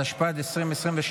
התשפ"ד 2023,